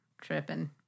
tripping